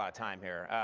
um time here.